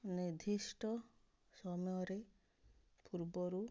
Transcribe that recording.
ନିର୍ଦ୍ଧିଷ୍ଟ ସମୟରେ ପୂର୍ବରୁ